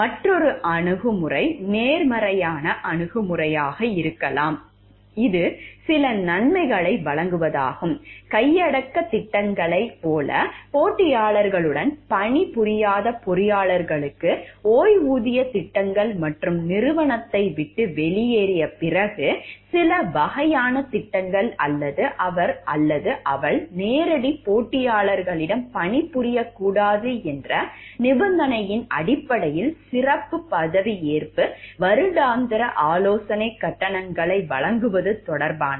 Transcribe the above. மற்றொரு அணுகுமுறை நேர்மறையான அணுகுமுறையாக இருக்கலாம் இது சில நன்மைகளை வழங்குவதாகும் கையடக்கத் திட்டங்களைப் போல போட்டியாளர்களுடன் பணிபுரியாத பொறியாளர்களுக்கு ஓய்வூதியத் திட்டங்கள் மற்றும் நிறுவனத்தை விட்டு வெளியேறிய பிறகு சில வகையான திட்டங்கள் அல்லது அவர் அல்லது அவள் நேரடி போட்டியாளரிடம் பணிபுரியக்கூடாது என்ற நிபந்தனையின் அடிப்படையில் சிறப்பு பதவியேற்பு வருடாந்திர ஆலோசனைக் கட்டணங்களை வழங்குவது தொடர்பானது